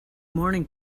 morning